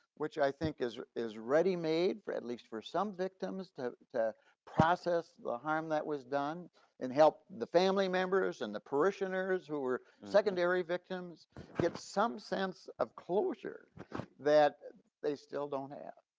which i think is is ready made for at least for some victims to to process the harm that was done and help the family members and the parishioners who were secondary victims get some sense of closure that they still don't have.